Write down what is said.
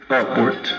upward